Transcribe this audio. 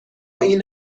این